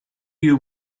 you